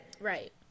right